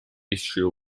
issue